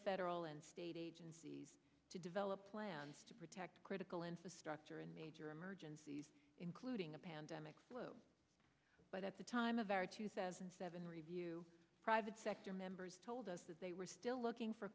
federal and state agencies to develop plans to protect critical infrastructure in major emergencies including a pandemic flu but at the time of our two thousand and seven review private sector members told us that they were still looking for